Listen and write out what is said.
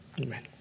Amen